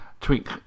tweak